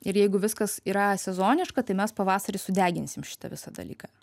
ir jeigu viskas yra sezoniška tai mes pavasarį sudeginsim šitą visą dalyką